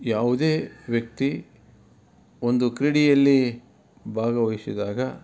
ಯಾವುದೇ ವ್ಯಕ್ತಿ ಒಂದು ಕ್ರೀಡೆಯಲ್ಲಿ ಭಾಗವಹಿಸಿದಾಗ